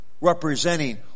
representing